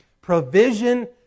Provision